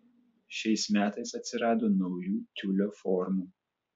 šiais metais atsirado naujų tiulio formų